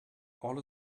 all